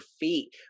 feet